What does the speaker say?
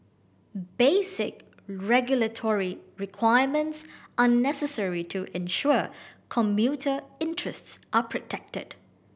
basic regulatory requirements are necessary to ensure commuter interests are protected